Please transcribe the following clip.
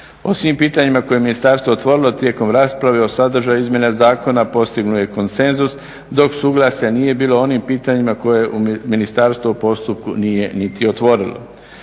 O svim pitanjima koje je ministarstvo otvorilo tijekom rasprave o sadržaju izmjene zakona postignuo je konsenzus dok suglasja nije bilo u onim pitanjima koje ministarstvo u postupku nije niti otvorilo.